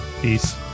peace